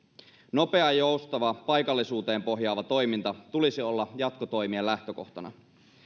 nopean ja joustavan paikallisuuteen pohjaavan toiminnan tulisi olla jatkotoimien lähtökohtana